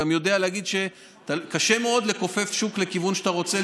יודע להגיד שקשה מאוד לכופף שוק לכיוון שאתה רוצה,